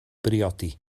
briodi